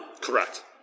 Correct